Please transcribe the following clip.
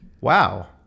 Wow